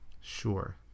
Sure